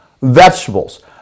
vegetables